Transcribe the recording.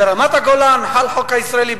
ברמת-הגולן חל החוק הישראלי,